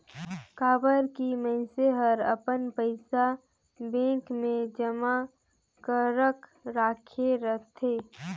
काबर की मइनसे हर अपन पइसा बेंक मे जमा करक राखे रथे